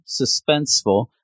suspenseful